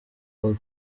paul